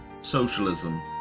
socialism